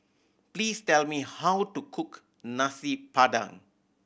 please tell me how to cook Nasi Padang